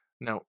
Now